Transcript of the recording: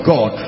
God